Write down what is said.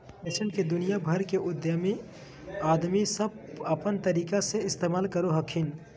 nascent के दुनिया भर के उद्यमी आदमी सब अपन तरीका से इस्तेमाल करो हखिन